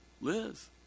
Liz